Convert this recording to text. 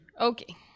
Okay